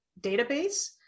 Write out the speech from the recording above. database